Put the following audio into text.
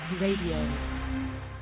Radio